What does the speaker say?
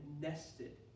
nested